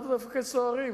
לאו דווקא סוהרים.